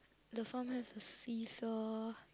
the farm has a seesaw